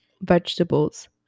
vegetables